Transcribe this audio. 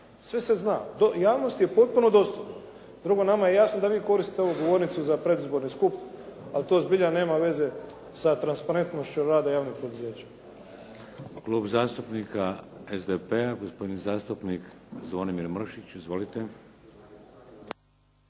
sve se zna. Javnosti je potpuno dostupno. Drugo, nama je jasno da vi koristite ovu govornicu za predizborni skup ali to zbilja nema veze sa transparentnošću rada javnih poduzeća.